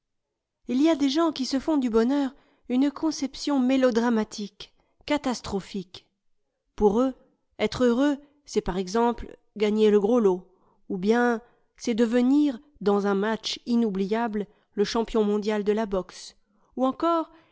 il y a des gens qui se font du bonheur une conception mélodramatique catastrophique pour eux être heureux c'est par exemple gagner le gros lot ou bien c'est devenir dans un match inoubliable le champion mondial de la boxe ou encore